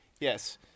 Yes